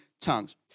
tongues